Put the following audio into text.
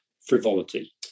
frivolity